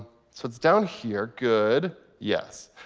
so it's down here. good, yes.